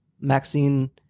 Maxine